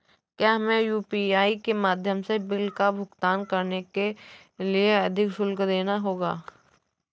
क्या हमें यू.पी.आई के माध्यम से बिल का भुगतान करने के लिए अधिक शुल्क देना होगा?